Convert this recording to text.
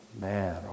man